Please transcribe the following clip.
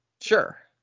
Sure